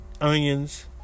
onions